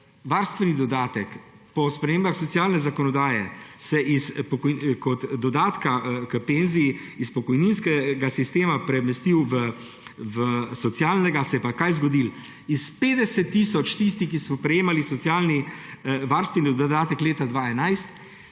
varstveni dodatek po spremembah socialne zakonodaje kot dodatek k penziji iz pokojninskega sistema premestil v socialnega. Kaj se je pa takrat zgodilo? Iz 50 tisoč tistih, ki so prejemali varstveni dodatek leta 2011,